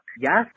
Yes